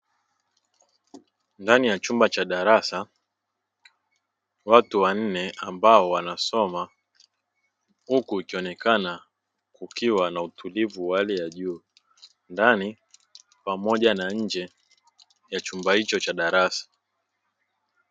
Ndani ya chumba cha darasa, watu wanne ambao wanasoma huku ikionekana kukiwa na utulivu wa hali ya juu ndani pamoja na nje ya chumba hicho cha darasa.